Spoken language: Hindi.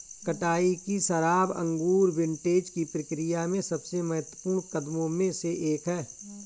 कटाई की शराब अंगूर विंटेज की प्रक्रिया में सबसे महत्वपूर्ण कदमों में से एक है